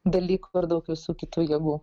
dalykų ir daug visų kitų jėgų